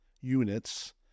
units